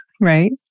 Right